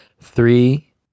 Three